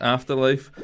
Afterlife